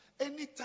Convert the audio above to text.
anytime